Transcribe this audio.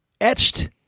etched